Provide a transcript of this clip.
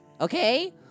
Okay